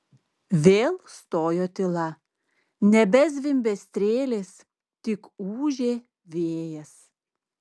vėl stojo tyla nebezvimbė strėlės tik ūžė vėjas